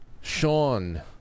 Sean